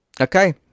Okay